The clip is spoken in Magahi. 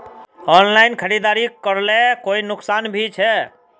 ऑनलाइन खरीदारी करले कोई नुकसान भी छे?